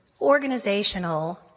organizational